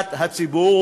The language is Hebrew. לטובת הציבור.